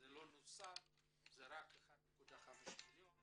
שקל שלא נוצלו מתוכו אלא 1.5 מיליון שקל,